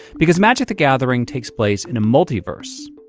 because magic the gathering takes place in a multiverse,